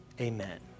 Amen